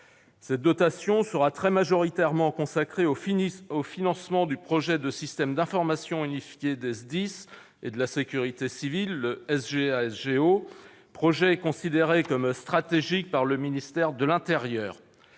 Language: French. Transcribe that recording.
Cette dotation sera très majoritairement consacrée au financement du projet de système d'information unifié des SDIS et de la sécurité civile, le SGA-SGO, projet considéré comme stratégique par le ministère de l'intérieur.